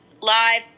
live